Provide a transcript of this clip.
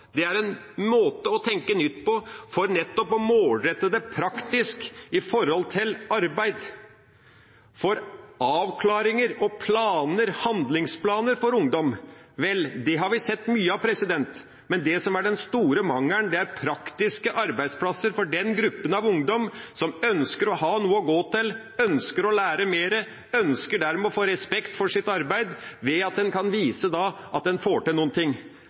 Det er en måte å tenke nytt på for nettopp å målrette det praktisk med hensyn til arbeid. Avklaringer og planer, handlingsplaner for ungdom – vel, det har vi sett mye av, men det som er den store mangelen, er praktiske arbeidsplasser for den gruppen av ungdom som ønsker å ha noe å gå til, ønsker å lære mer, og dermed ønsker å få respekt for sitt arbeid, ved at en kan vise at en får til